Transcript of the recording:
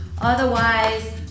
Otherwise